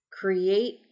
create